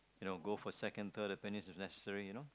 you know go for second third opinions if necessary you know